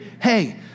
hey